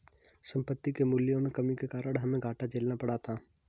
संपत्ति के मूल्यों में कमी के कारण हमे घाटा झेलना पड़ा था